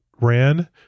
ran